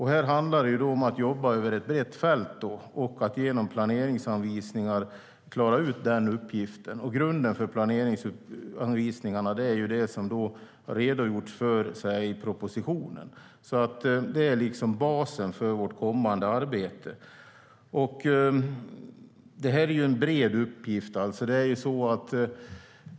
Här handlar det om att jobba över ett brett fält och genom planeringsanvisningar klara ut den uppgiften. Grunden för planeringsanvisningarna är det som det har redogjorts för i propositionen. Det är liksom basen för vårt kommande arbete. Detta är en bred uppgift.